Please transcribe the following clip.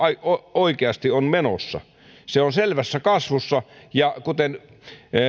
oikeasti on menossa se on selvässä kasvussa ja kuten